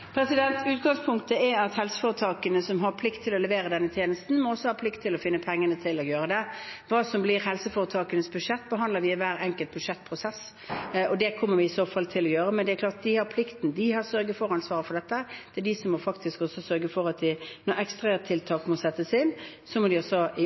Utgangspunktet er at helseforetakene, som har plikt til å levere denne tjenesten, også har plikt til å finne pengene til å gjøre det. Hva som blir helseforetakenes budsjett, behandler vi i hver enkelt budsjettprosess, og det kommer vi i så fall til å gjøre. Men de har plikten, de har sørge-for-ansvaret for dette, det er de som også, når ekstratiltak må